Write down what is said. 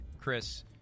Chris